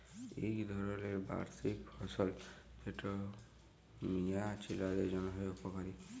ইক ধরলের বার্ষিক ফসল যেট মিয়া ছিলাদের জ্যনহে উপকারি